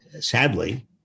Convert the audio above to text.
sadly